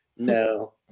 No